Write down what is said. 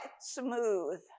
smooth